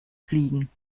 fliegen